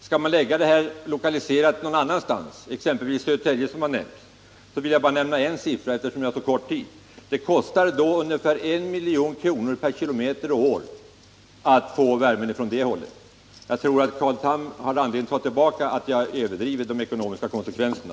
Skall man lokalisera kraftvärmeverket till någon annan plats — Södertälje har nämnts — vill jag, eftersom tiden är kort, bara nämna en siffra: Det kostar ungefär 1 milj.kr. per kilometer och år att ta värmen därifrån genom särskild ledning, som måste byggas. Jag tror Carl Tham har anledning ta tillbaka sitt påstående att jag överdrivit de ekonomiska konsekvenserna.